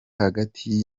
hagati